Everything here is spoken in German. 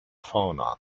fauna